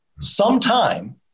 sometime